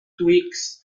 twigs